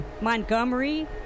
Montgomery